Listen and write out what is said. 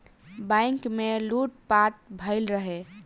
bank में लूट पाट भईल रहे